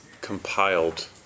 compiled